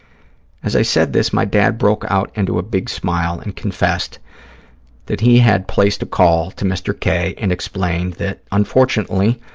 as i said this, my dad broke out into a big smile and confessed that he had placed a call to mr. k. and explained that, unfortunately,